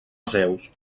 zeus